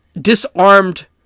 disarmed